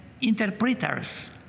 interpreters